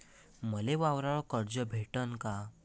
मले वावरावर कर्ज भेटन का?